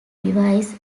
device